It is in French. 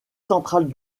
centrale